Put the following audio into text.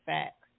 Facts